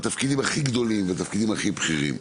בתפקידים הכי גדולים, בתפקידים הכי בכירים,